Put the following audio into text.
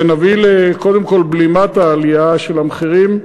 ונביא קודם כול לבלימת העלייה של המחירים.